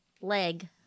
leg